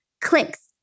clicks